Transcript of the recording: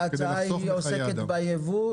ההצעה ההיא עוסקת ביבוא,